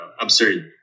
absurd